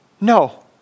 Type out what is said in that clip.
No